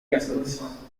castles